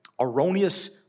erroneous